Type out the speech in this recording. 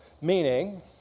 meaning